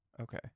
okay